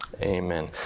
Amen